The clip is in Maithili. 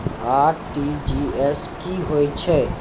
आर.टी.जी.एस की होय छै?